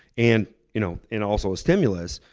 and you know and also a stimulus.